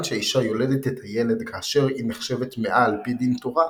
שהאישה יולדת את הילד כאשר היא נחשבת טמאה על פי דין תורה,